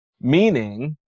Meaning